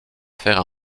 faire